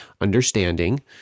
understanding